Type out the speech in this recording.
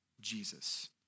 Jesus